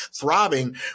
throbbing